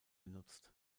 genutzt